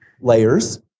layers